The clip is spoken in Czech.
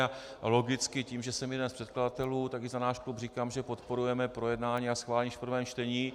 A logicky tím, že jsem jeden z předkladatelů, tak i za náš klub říkám, že podporujeme projednání a schválení v prvém čtení.